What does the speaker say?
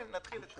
כן, נתחיל.